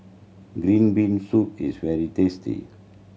green bean soup is very tasty